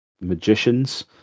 Magicians